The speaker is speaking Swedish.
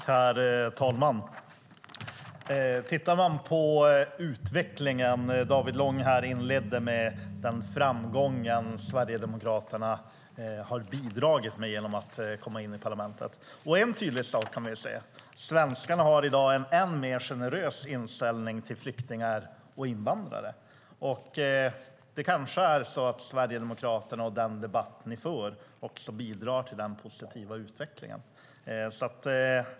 Herr talman! Vi kan titta på utvecklingen. David Lång inledde med att tala om framgången som Sverigedemokraterna har bidragit med genom att komma in i parlamentet. En tydlig sak kan vi se. Svenskarna har i dag en än mer generös inställning till flyktingar och invandrare. Det kanske är så att Sverigedemokraterna och den debatt ni för också bidrar till den positiva utvecklingen.